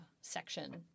section